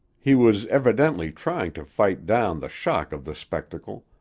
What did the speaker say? he was evidently trying to fight down the shock of the spectacle,